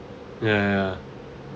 ya ya ya